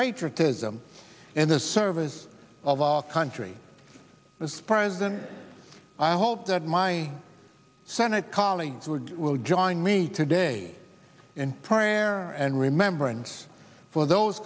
patriotism in the service of our country as president i hope that my senate colleagues would will join me today in prayer and remembrance for those